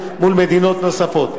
מול מדינות נוספות.